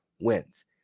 wins